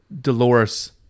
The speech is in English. Dolores